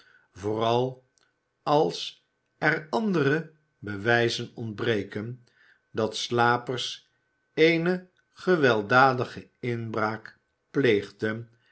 vooral als er andere bewijzen ontbreken dat slapers eene gewe ddadige inbraak pleegden